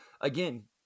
again